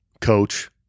coach